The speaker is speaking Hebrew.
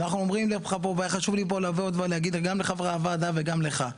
היה חשוב לי לבוא ולהגיד גם לחברי הוועדה וגם לך,